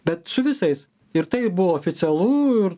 bet su visais ir tai buvo oficialu ir